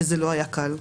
וזה לא היה קל.